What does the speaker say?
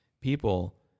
people